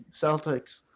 Celtics